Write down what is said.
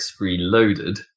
Reloaded